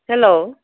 hello